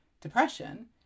depression